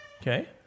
okay